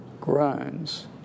groans